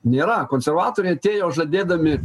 nėra konservatoriai atėjo žadėdami